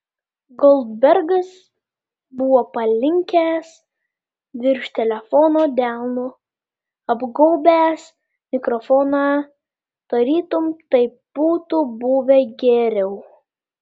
goldbergas buvo palinkęs virš telefono delnu apgaubęs mikrofoną tarytum taip būtų buvę geriau